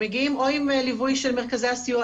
הם מגיעים או עם ליווי של מרכזי הסיוע,